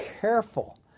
careful